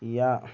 یا